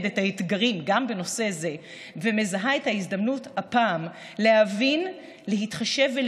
את האתגרים גם בנושא זה ומזהה את ההזדמנות הפעם להבין ולהנגיש,